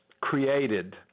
created